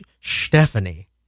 Stephanie